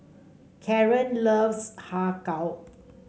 Caron loves Har Kow